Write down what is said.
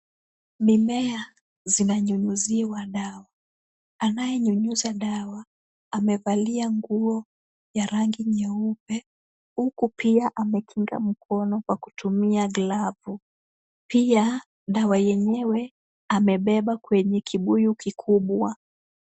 Mimea zinanyunyuziwa dawa. Anayenyunyuza dawa amevalia nguo ya rangi nyeupe, huku pia amekinga mkono kwa kutumia glavu. Pia, dawa yenyewe amebeba kwenye kibuyu kikubwa.